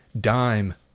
dime